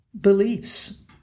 beliefs